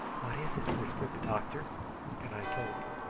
what is it? whispered the doctor and i told him.